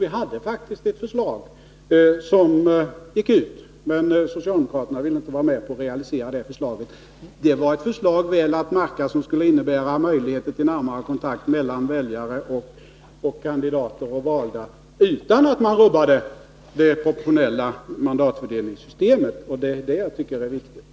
Den hade faktiskt ett förslag som gick ut på remiss, men socialdemokraterna ville inte vara med på att realisera det. Det var — väl att märka — ett förslag som skulle innebära möjligheter till närmare kontakt mellan väljare, kandidater och valda utan att man rubbade det proportionella mandatfördelningssystemet, och det tycker jag är viktigt.